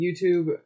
YouTube